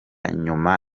nyuma